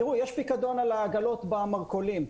תראו, יש פיקדון על העגלות במרכולים.